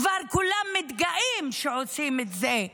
כולם כבר מתגאים שעושים את זה.